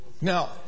Now